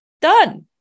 done